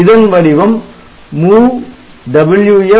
இதன் வடிவம் MOVWF PORTCa